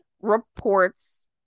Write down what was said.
reports